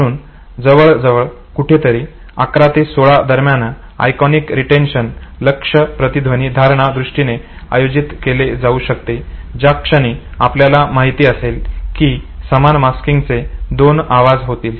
म्हणून जवळजवळ कुठेतरी 11 ते 16 दरम्यान आयकॉनिक रिटेंशन लक्ष प्रतिध्वनी धारणा दृष्टीने आयोजित केले जाऊ शकते ज्या क्षणी आपल्याला माहित असेल की समान मास्किंगचे दोन आवाज होतील